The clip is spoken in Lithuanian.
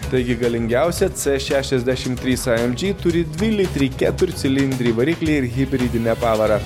taigi galingiausia c šešiasdešim trys a em džy turi dvilitrį keturcilindrį variklį ir hibridinę pavarą